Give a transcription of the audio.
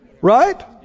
Right